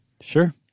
sure